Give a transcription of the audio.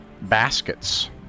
baskets